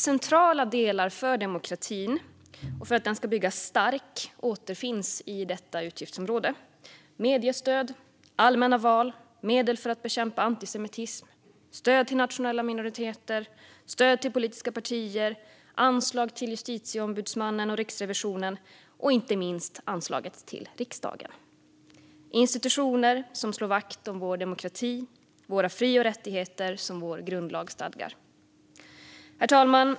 Centrala delar för demokratin och för att den ska byggas stark återfinns i detta utgiftsområde: mediestöd, allmänna val, medel för att bekämpa antisemitism, stöd till nationella minoriteter, stöd till politiska partier, anslag till Justitieombudsmannen och Riksrevisionen och, inte minst, anslaget till riksdagen. Detta är institutioner som slår vakt om vår demokrati och de fri och rättigheter som vår grundlag stadgar. Herr talman!